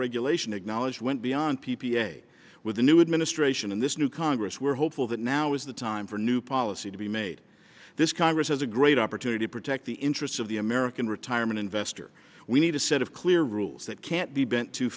regulation acknowledged went beyond p p a with the new administration in this new congress were hopeful that now is the time for new policy to be made this congress has a great opportunity to protect the interests of the american retirement investor we need a set of clear rules that can't be bent too